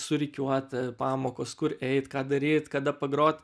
surikiuota pamokos kur eit ką daryt kada pagrot